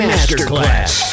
Masterclass